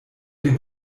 dem